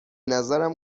نظرم